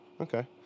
okay